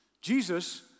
Jesus